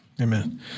Amen